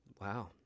wow